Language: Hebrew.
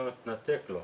התנתק לו.